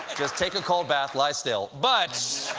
ah just tack a cold bath. lie still. but